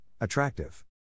attractive